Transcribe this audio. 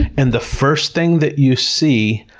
and the first thing that you see,